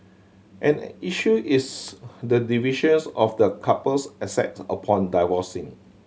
and issue is the divisions of the couple's assets upon divorcing